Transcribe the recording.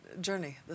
journey